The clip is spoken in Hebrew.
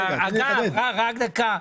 רק דקה.